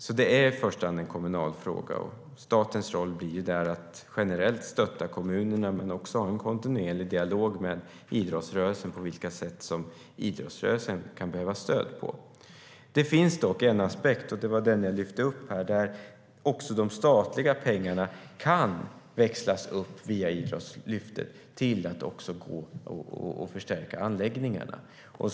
Det är alltså i första hand en kommunal fråga, och statens roll blir där att generellt stötta kommunerna men också ha en kontinuerlig dialog med idrottsrörelsen om vilka sätt som idrottsrörelsen kan behöva stöd på. Det finns dock en aspekt, och det var den jag lyfte upp här, där också de statliga pengarna kan växlas upp via Idrottslyftet till att förstärka anläggningarna.